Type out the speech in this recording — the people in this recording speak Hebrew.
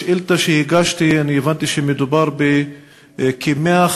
בשאילתה שהגשתי אני הבנתי שמדובר בכ-150,000